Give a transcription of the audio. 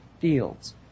fields